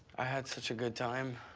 i has such a good time.